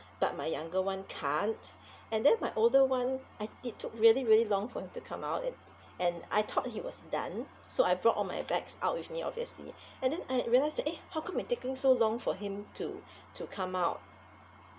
but my younger [one] can't and then my older [one] I it took really really long for him to come out and and I thought he was done so I brought all my bags out with me obviously and then I realise that eh how come it taking so long for him to to come out